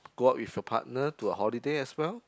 go out with your partner to a holiday as well